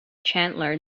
chandler